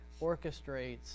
orchestrates